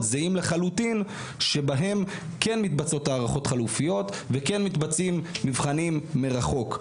זהים לחלוטין שבהם כן מתבצעות הערכות חלופיות וכן מתבצעים מבחנים מרחוק.